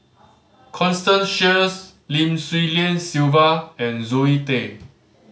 Constance Sheares Lim Swee Lian Sylvia and Zoe Tay